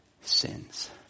sins